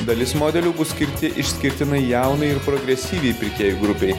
dalis modelių bus skirti išskirtinai jaunai ir progresyviai pirkėjų grupei